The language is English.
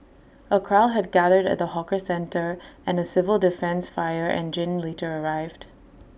A crowd had gathered at the hawker centre and A civil defence fire engine later arrived